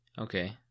Okay